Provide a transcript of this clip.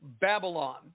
Babylon